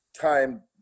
time